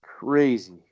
Crazy